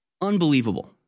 Unbelievable